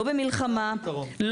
לא במלחמה,